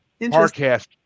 podcast